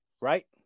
right